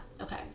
okay